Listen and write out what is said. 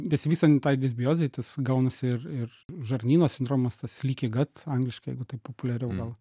besivystant tai disbiozei tas gaunas ir ir žarnyno sindromas tas leaky gut angliškai jeigu taip populiariau gal